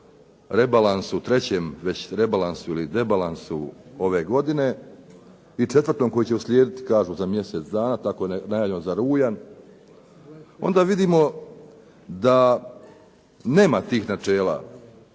se piše u trećem rebalansu ili debalansu ove godine i četvrtom koji će uslijediti kažu za mjesec dana, tako je najavljeno za rujan, onda vidimo da nema tih načela